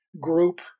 group